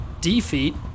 defeat